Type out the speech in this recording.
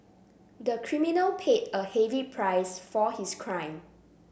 the criminal paid a heavy price for his crime